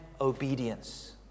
obedience